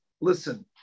listen